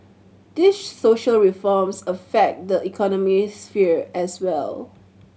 these social reforms affect the economy sphere as well